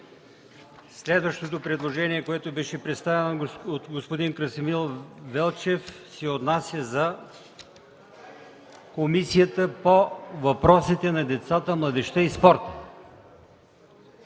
Следващото предложение, което беше представено от господин Красимир Велчев, се отнася за Комисията по въпросите на децата, младежта и спорта.